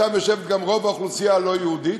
שם יושבת גם רוב האוכלוסייה הלא-יהודית,